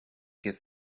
get